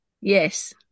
Yes